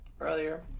earlier